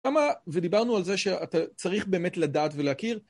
ודיברנו על זה שאתה צריך באמת לדעת ולהכיר.